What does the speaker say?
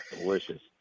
delicious